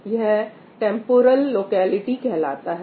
यह temporal locality कहलाता है